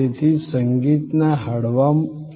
તેથી સંગીતના હળવા